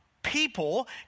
People